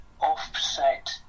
offset